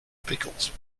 pickles